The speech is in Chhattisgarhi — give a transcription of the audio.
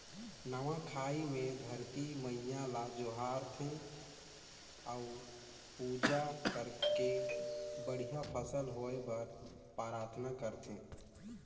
नवा खाई मे धरती मईयां ल जोहार थे अउ पूजा करके बड़िहा फसल होए बर पराथना करथे